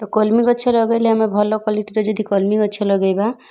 ତ କଲ୍ମି ଗଛ ଲଗେଇଲେ ଆମେ ଭଲ କ୍ୱାଲିଟିର ଯଦି କଲ୍ମି ଗଛ ଲଗେଇବା